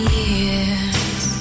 years